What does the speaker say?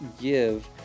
give